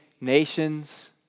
nations